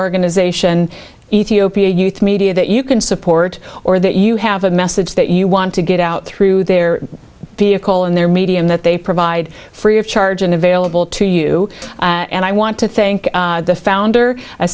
organization ethiopia youth media that you can support or that you have a message that you want to get out through their vehicle and their medium that they provide free of charge and available to you and i want to thank the founder i